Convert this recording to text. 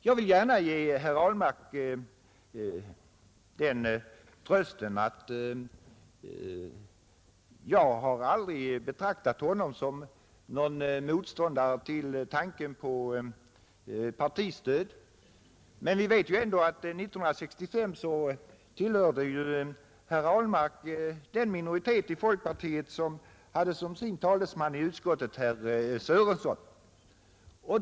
Jag vill gärna ge herr Ahlmark den trösten att säga att jag aldrig har betraktat honom såsom någon motståndare till tanken på partistöd. Vi vet ju ändå att herr Ahlmark 1965 tillhörde den minoritet inom folkpartiet som hade såsom sin talesman i utskottet herr Sörenson.